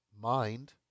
mind